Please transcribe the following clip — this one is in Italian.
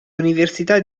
università